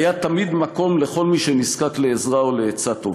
היה תמיד מקום לכל מי שנזקק לעזרה או לעצה טובה.